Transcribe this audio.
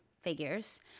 figures